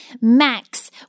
Max